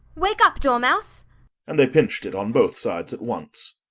wake up, dormouse and they pinched it on both sides at once.